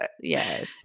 yes